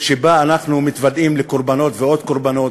שבה אנחנו מתוודעים לקורבנות ועוד קורבנות,